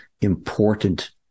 important